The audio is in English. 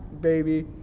baby